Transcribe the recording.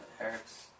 Eric's